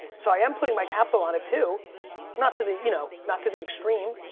so i am putting my capital on it to not to the, you know, not to the extreme,